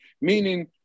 meaning